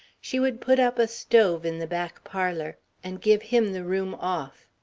she would put up a stove in the back parlour, and give him the room off.